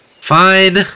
Fine